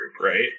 right